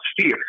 fear